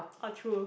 oh true